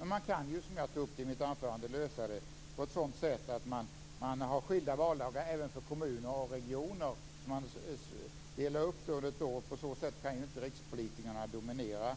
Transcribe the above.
Man kan, som jag tog upp i mitt anförande, lösa det med skilda valdagar även för kommuner och regioner, uppdelade under ett år. Under sådana förhållanden kan rikspolitikerna inte dominera